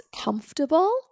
comfortable